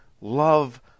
love